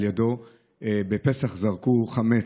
לידו בפסח זרקו חמץ,